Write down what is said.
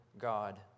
god